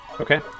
Okay